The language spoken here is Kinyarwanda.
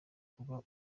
kuba